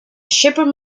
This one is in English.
shepherd